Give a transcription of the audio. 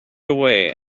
away